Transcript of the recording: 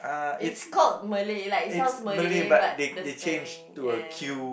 it's called Malay like it sounds Malay but the spelling ya ya ya